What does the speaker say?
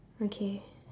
okay